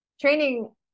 training